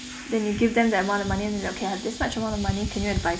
then you give them the amount of money and okay this much amount of money can you advice